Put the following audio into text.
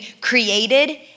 created